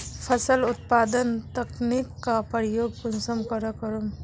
फसल उत्पादन तकनीक का प्रयोग कुंसम करे करूम?